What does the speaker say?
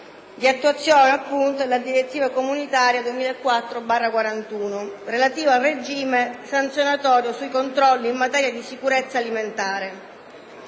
di attuazione della direttiva comunitaria 2004/41/CE, relativa al regime sanzionatorio sui controlli in materia di sicurezza alimentare.